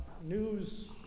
news